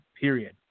period